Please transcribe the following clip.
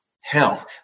health